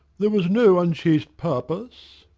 there was no unchaste purpose.